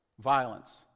violence